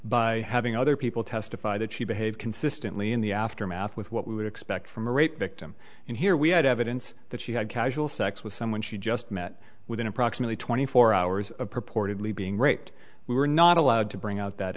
by having other people testify that she behaved consistently in the aftermath with what we would expect from a rape victim and here we had evidence that she had casual sex with someone she just met with in approximately twenty four hours purportedly being raped we were not allowed to bring out that